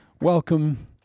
Welcome